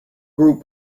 group